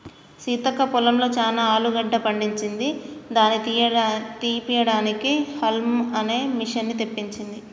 సీతక్క పొలంలో చానా ఆలుగడ్డ పండింది దాని తీపియడానికి హౌల్మ్ అనే మిషిన్ని తెప్పించింది